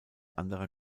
anderer